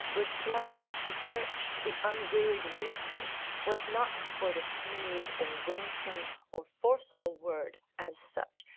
with flaubert, the search, the unwearied research, was not for the smooth, or winsome, or forcible word, as such,